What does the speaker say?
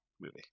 movie